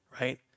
Right